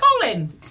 Colin